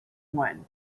one